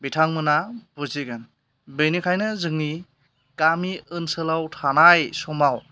बिथांमोना बुजिगोन बेनिखायनो जोंनि गामि ओनसोलाव थानाय समाव